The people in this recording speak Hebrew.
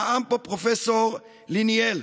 נאם פה פרופ' ליניאל,